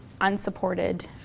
unsupported